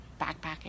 backpacking